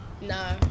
Nah